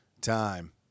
time